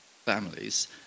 families